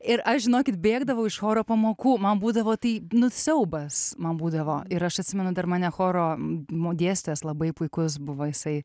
ir aš žinokit bėgdavau iš choro pamokų man būdavo tai nu siaubas man būdavo ir aš atsimenu dar mane choro mo dėstytojas labai puikus buvo jisai